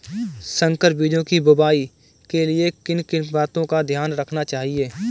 संकर बीजों की बुआई के लिए किन किन बातों का ध्यान रखना चाहिए?